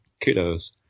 kudos